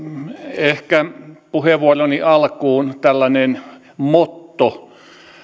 ehkä puheenvuoroni alkuun tällainen motto